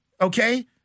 Okay